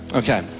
okay